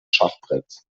schachbretts